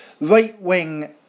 right-wing